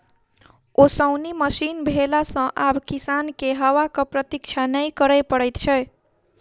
ओसौनी मशीन भेला सॅ आब किसान के हवाक प्रतिक्षा नै करय पड़ैत छै